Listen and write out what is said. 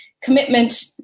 commitment